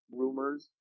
rumors